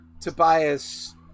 Tobias